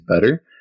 better